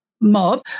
mob